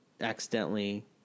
accidentally